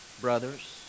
brothers